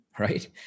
Right